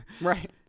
Right